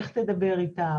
איך תדבר איתה,